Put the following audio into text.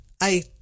I-